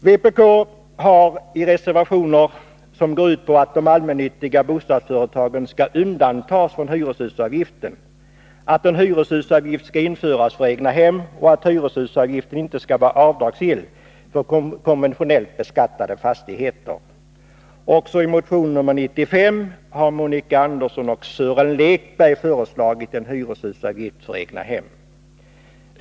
Vpk har reservationer som går ut på att de allmännyttiga bostadsföretagen skall undantas från hyreshusavgiften, att en hyreshusavgift skall införas för egnahem, och att hyreshusavgiften inte skall vara avdragsgill för konventionellt beskattade fastigheter. Också i motion 95 har Monica Andersson och Sören Lekberg föreslagit en hyreshusavgift för egnahem.